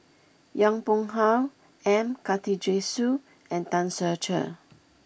Yong Pung How M Karthigesu and Tan Ser Cher